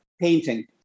painting